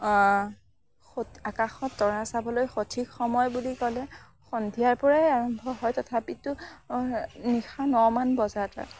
স আকাশত তৰা চাবলৈ সঠিক সময় বুলি ক'লে সন্ধিয়াৰ পৰাই আৰম্ভ হয় তথাপিতো নিশা নমান বজাত